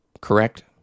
correct